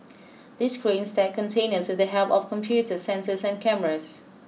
these cranes stack containers with the help of computers sensors and cameras